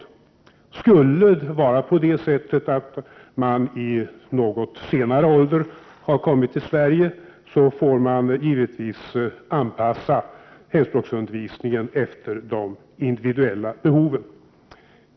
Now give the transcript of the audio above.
För personer som har kommit till Sverige i något högre ålder får man givetvis anpassa hemspråksundervisningen till de individuella behoven.